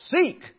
seek